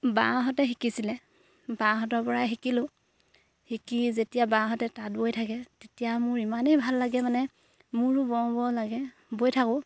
বাহঁতে শিকিছিলে বাহঁতৰ পৰাই শিকিলোঁ শিকি যেতিয়া বাহঁতে তাঁত বৈ থাকে তেতিয়া মোৰ ইমানেই ভাল লাগে মানে মোৰো বওঁ বওঁ লাগে বৈ থাকোঁ